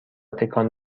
تکان